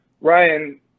Ryan